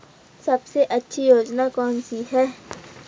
सबसे अच्छी योजना कोनसी है?